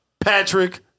Patrick